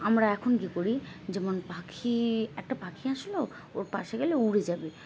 আমরা এখন কী করি যেমন পাখি একটা পাখি আসলো ওর পাশে গেলে উড়ে যাবে